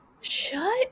shut